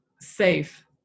safe